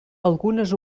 algunes